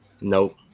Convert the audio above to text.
Nope